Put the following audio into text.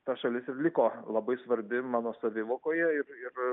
ta šalis ir liko labai svarbi mano savivokoje ir ir